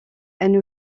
elle